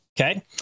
Okay